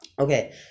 Okay